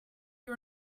you